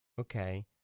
Okay